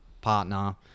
partner